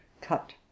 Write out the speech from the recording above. cut